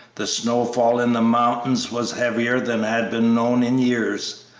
the snowfall in the mountains was heavier than had been known in years.